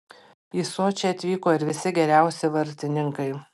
į sočį atvyko ir visi geriausi vartininkai